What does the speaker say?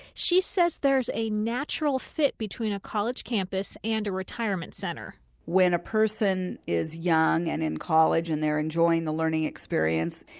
she says there's a natural fit between a college campus and a retirement center when a person is young and in college and they are enjoying the learning experience.